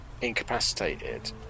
incapacitated